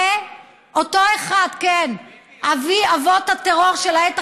זה אותו אחד, זה שביבי לחץ לו את היד?